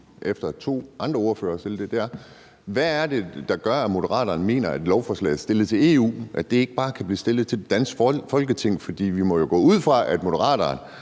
efter at to andre ordførere har stillet det, og det er, hvad det er, der gør, at Moderaterne mener, at et forslag stillet til EU ikke bare kan blive fremsat i det danske Folketing. For vi må jo gå ud fra, at Moderaterne